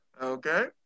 Okay